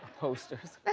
posters.